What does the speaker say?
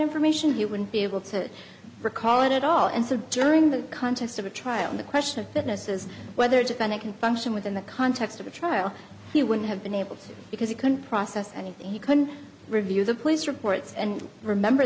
information he would be able to recall it at all and so during the context of a trial and the question of fairness is whether defendant can function within the context of a trial he would have been able because he couldn't process anything he couldn't review the police reports and remember